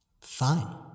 Fine